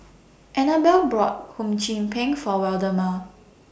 Anabelle bought Hum Chim Peng For Waldemar